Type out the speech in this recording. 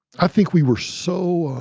i think we were so